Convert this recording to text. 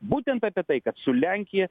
būtent apie tai kad su lenkija